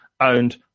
owned